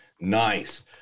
Nice